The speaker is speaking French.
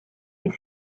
est